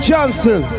Johnson